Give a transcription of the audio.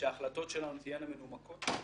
שההחלטות שלנו יהיו מנומקות,